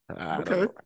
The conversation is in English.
okay